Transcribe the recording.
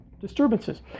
disturbances